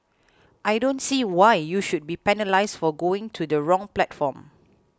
I don't see why you should be penalised for going to the wrong platform